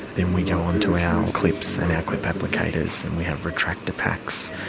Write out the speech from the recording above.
then we go on to our clips and our clip applicators and we have retractor packs,